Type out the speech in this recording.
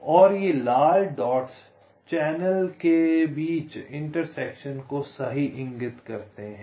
और ये लाल डॉट्स चैनलों के बीच इंटरसेक्शन को सही इंगित करते हैं